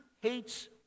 hates